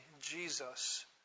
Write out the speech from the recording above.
Jesus